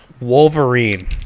Wolverine